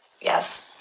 yes